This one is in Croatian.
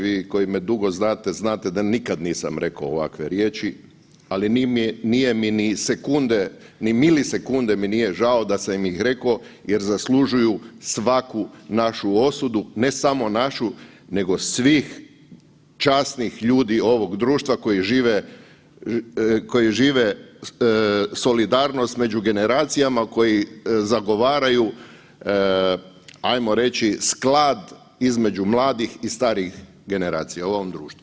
Vi koji me dugo znate, znate da nikad nisam rekao ovakve riječi, ali nije mi ni sekunde, ni milisekunde mi nije žao da sam ih reko jer zaslužuju svaku našu osudu, ne samo našu nego svih časnih ljudi ovog društva koji žive solidarnost među generacijama, koji zagovaraju ajmo reći sklad između mladih i starih generacija u ovom društvu.